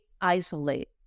isolate